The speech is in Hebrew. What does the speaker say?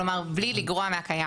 כלומר בלי לגרוע מהקיים.